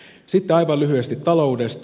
sitten aivan lyhyesti taloudesta